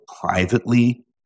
privately